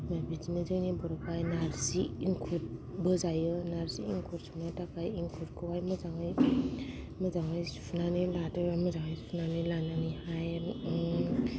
बिदिनो जोंनि बर'फ्रा नार्जि इंखुरबो जायो नार्जि इंखुर संनो थाखाय इंखुर खौहाय मोजाङै मोजाङै सुनानै लादो मोजाङै सुनानै लानानैहाय